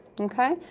okay?